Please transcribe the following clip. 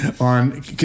on